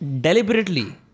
deliberately